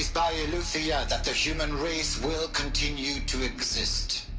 by eleuthia that the human race will continue to exist